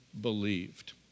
believed